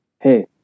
hey